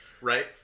Right